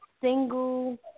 single